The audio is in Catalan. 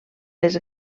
les